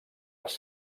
les